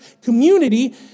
community